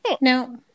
No